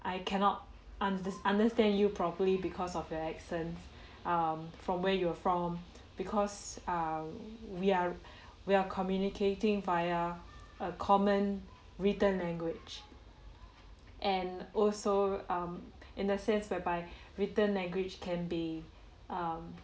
I cannot under~ understand you properly because of your accents um from where you are from because err we are we are communicating via a common written language and also um in the sense whereby written language can be um